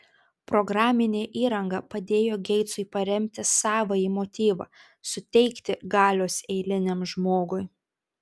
programinė įranga padėjo geitsui paremti savąjį motyvą suteikti galios eiliniam žmogui